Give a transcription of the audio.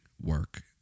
work